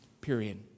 Period